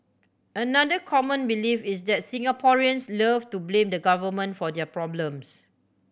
another common belief is that Singaporeans love to blame the Government for their problems